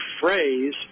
phrase